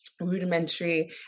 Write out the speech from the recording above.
rudimentary